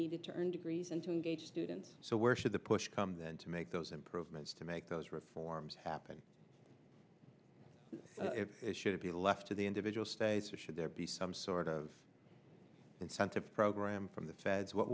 needed to earn degrees and to engage students so where should the push come then to make those improvements to make those reforms happen should it be left to the individual states or should there be some sort of incentive program from the feds what